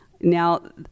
now